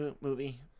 movie